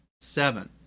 seven